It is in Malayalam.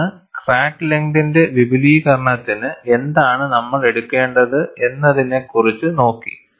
തുടർന്ന് ക്രാക്ക് ലെങ്തിന്റെ വിപുലീകരണത്തിനു എന്താണ് നമ്മൾ എടുക്കേണ്ടത് എന്നതിനെ കുറിച്ചു നോക്കി